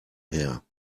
her